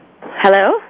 Hello